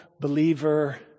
believer